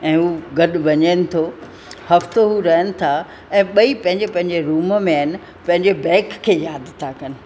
ऐं उहो गॾु वञेनि थो हफ़्तो रहनि था ऐं ॿई पंहिंजे पंहिंजे रूम में आहिनि पंहिंजे बैक खे यादि था कनि